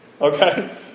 Okay